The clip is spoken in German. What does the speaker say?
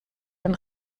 den